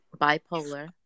bipolar